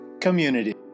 Community